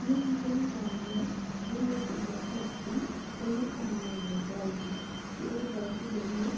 में तुसें गी सनान्नी आं जे में इक ड्रैस लैती ओह् में आनलाइन मंगवाई ही ते ओह् ड्रैस जेह्ड़ी ऐ